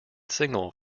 single